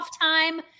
time